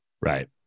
Right